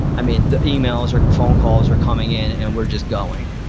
i mean the emails or phone calls are coming in, and we're just going.